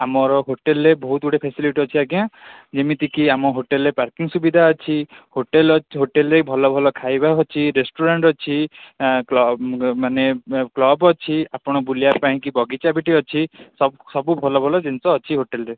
ଆମର ହୋଟେଲରେ ବହୁତ ଗୁଡ଼ାଏ ଫାସିଲିଟି ଅଛି ଆଜ୍ଞା ଯେମିତିକି ଆମ ହୋଟେଲରେ ପାର୍କିଂ ସୁବିଧା ଅଛି ହୋଟେଲ ଅଛି ହୋଟେଲରେ ଭଲ ଭଲ ଖାଇବା ଅଛି ରେଷ୍ଟୁରାଣ୍ଟ ଅଛି ମାନେ କ୍ଲବ ଅଛି ଆପଣ ବୁଲିବା ପାଇଁକି ବଗିଚା ବି ଏଠି ଅଛି ସବୁ ସବୁ ଭଲ ଭଲ ଜିନିଷ ଅଛି ହୋଟେଲରେ